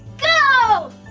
go!